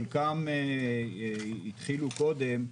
חלקם התחילו קודם,